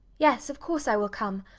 yes, of course i will come.